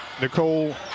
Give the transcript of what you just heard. Nicole